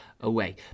away